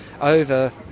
over